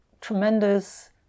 tremendous